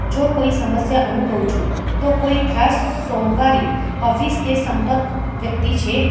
જો કોઈ સમસ્યા અનુભવું છું તો કોઈ ખાસ સોમવારે ઓફિસ કે સંપર્ક વ્યક્તિ છે